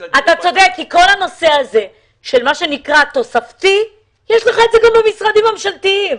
כל הנושא של התוספתי יש את זה במשרדים ממשלתיים.